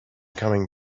coming